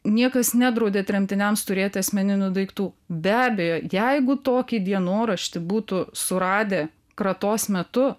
niekas nedraudė tremtiniams turėti asmeninių daiktų be abejo jeigu tokį dienoraštį būtų suradę kratos metu